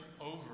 over